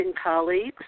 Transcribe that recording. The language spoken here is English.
colleagues